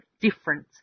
difference